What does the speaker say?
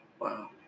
Wow